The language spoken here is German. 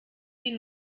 die